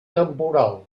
temporal